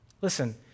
Listen